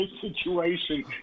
situation